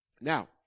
Now